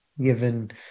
given